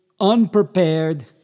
unprepared